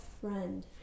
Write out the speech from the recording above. friend